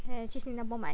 eh 去新加坡买